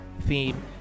theme